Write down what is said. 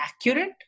accurate